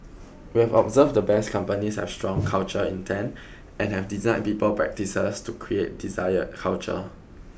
we have observed the Best Companies have strong cultural intent and have designed people practices to create desired culture